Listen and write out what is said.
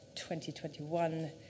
2021